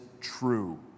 true